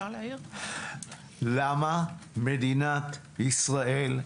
למה מדינת ישראל,